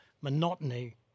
Monotony